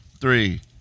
three